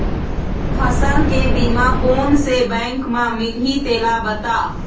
फसल के बीमा कोन से बैंक म मिलही तेला बता?